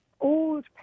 old